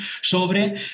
sobre